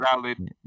valid